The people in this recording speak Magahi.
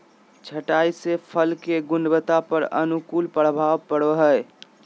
छंटाई से फल के गुणवत्ता पर अनुकूल प्रभाव पड़ो हइ